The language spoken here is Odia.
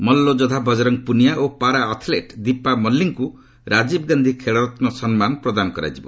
ମଲ୍କ ଯୋଦ୍ଧା ବଜରଙ୍ଗ ପୁନିଆ ଓ ପାରା ଆଥଲେଟ୍ ଦୀପା ମଲ୍ଲୀଙ୍କୁ ରାଜୀବ ଗାନ୍ଧି ଖେଳରତ୍ନ ସମ୍ମାନ ପ୍ରଦାନ କରାଯିବ